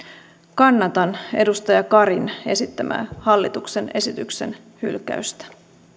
kannatan edustaja karin esittämää hallituksen esityksen hylkäystä